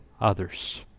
others